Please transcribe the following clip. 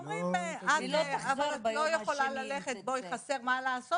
אומרים: את לא יכולה ללכת, חסר, מה לעשות.